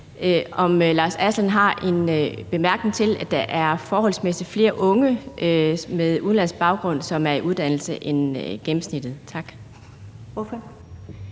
Rasmussen har en bemærkning til, at der forholdsmæssigt er flere unge med udenlandsk baggrund, som er i uddannelse, end gennemsnittet. Tak. Kl.